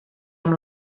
amb